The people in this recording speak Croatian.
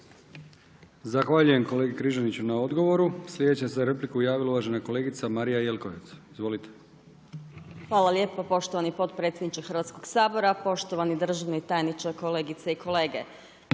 Zahvaljujem kolegi Križaniću na odgovoru. Sljedeća se za repliku javila uvažena kolegica Marija Jelkovac. Izvolite. **Jelkovac, Marija (HDZ)** Hvala lijepo poštovani potpredsjedniče Hrvatskog sabora. Poštovani državni tajniče, kolegice i kolege,